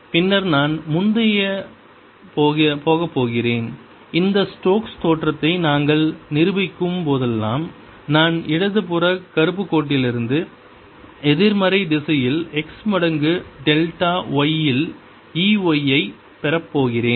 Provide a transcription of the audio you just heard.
பின்னர் நான் முந்தையதைப் பெறப் போகிறேன் இந்த ஸ்டோக்ஸ்Stoke's தேற்றத்தை நாங்கள் நிரூபிக்கும் போதெல்லாம் நான் இடது புற கறுப்புக் கோட்டிலிருந்து எதிர்மறை திசையில் x மடங்கு டெல்டா y இல் E y ஐப் பெறப்போகிறேன்